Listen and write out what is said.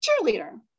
cheerleader